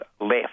left